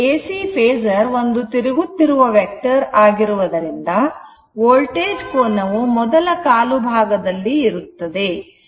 AC phasor ಒಂದು ತಿರುಗುತ್ತಿರುವ vector ಆಗಿರುವುದರಿಂದ ವೋಲ್ಟೇಜ್ ಕೋನವು ಮೊದಲ ಕಾಲುಭಾಗದಲ್ಲಿರುತ್ತದೆ